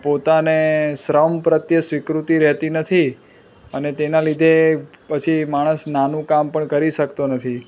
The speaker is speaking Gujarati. પોતાને શ્રમ પ્રતે સ્વીકૃતિ રહેતી નથી અને તેના લીધે પછી માણસ નાનું કામ પણ શકતો નથી